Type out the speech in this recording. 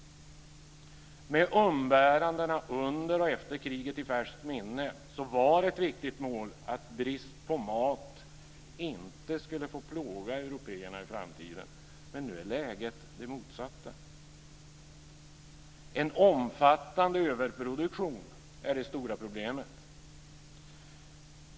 Med umbärandena under och efter kriget i färskt minne var det ett viktigt mål att brist på mat inte skulle få plåga européerna i framtiden, men nu är läget det motsatta. En omfattande överproduktion är det stora problemet.